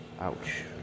ouch